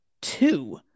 two